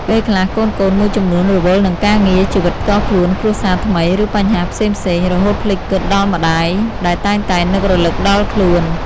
ពេលខ្លះ កូនៗមួយចំនួនរវល់នឹងការងារ ជីវិតផ្ទាល់ខ្លួន គ្រួសារថ្មី ឬបញ្ហាផ្សេងៗ រហូតភ្លេចគិតដល់ម្ដាយដែលតែងតែនឹករលឹកដល់ខ្លួន។